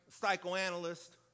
psychoanalyst